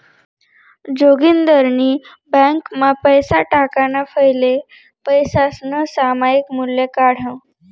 जोगिंदरनी ब्यांकमा पैसा टाकाणा फैले पैसासनं सामायिक मूल्य काढं